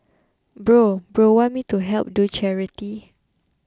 bro bro want me to help do charity